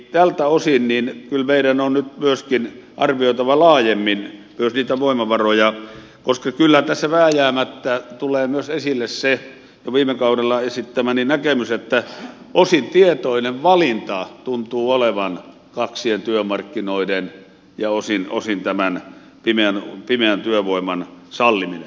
tältä osin meidän on kyllä nyt myöskin arvioitava laajemmin myös niitä voimavaroja koska kyllä tässä vääjäämättä tulee esille myös se jo viime kaudella esittämäni näkemys että osin tietoinen valinta tuntuu olevan kaksien työmarkkinoiden ja osin tämän pimeän työvoiman salliminen